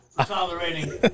tolerating